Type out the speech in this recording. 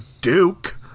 Duke